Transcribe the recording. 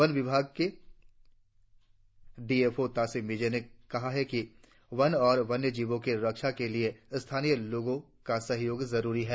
one विभाग के DFO Tasi Mije ने कहा है कि वन और वन्य जीवों की रक्षा के लिए स्थानीय लोगों का सहयोग जरुरी है